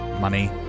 money